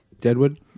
Deadwood